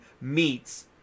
meets